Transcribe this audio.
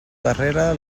darrere